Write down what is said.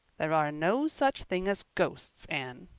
there are no such things as ghosts, anne.